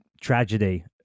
tragedy